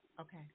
Okay